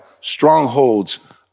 strongholds